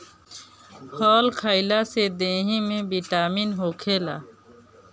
फल खइला से देहि में बिटामिन होखेला